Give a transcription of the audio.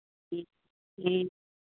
ᱦᱮᱸ ᱦᱮᱸ